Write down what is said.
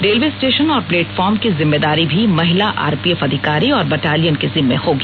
railway station और platform की जिम्मेदारी भी महिला आरपीएफ अधिकारी और बटालियन के जिम्मे होगी